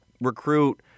recruit